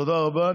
תודה רבה.